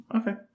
Okay